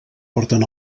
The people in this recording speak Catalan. porten